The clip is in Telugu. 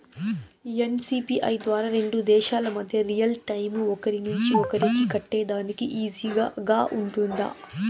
ఎన్.సి.పి.ఐ ద్వారా రెండు దేశాల మధ్య రియల్ టైము ఒకరి నుంచి ఒకరికి కట్టేదానికి ఈజీగా గా ఉంటుందా?